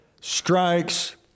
strikes